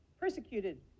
persecuted